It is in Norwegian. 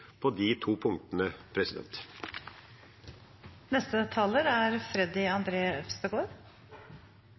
på de to punktene.